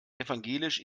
evangelisch